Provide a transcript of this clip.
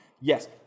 Yes